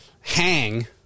hang